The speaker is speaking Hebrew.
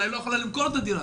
היא לא יכולה למכור דירה,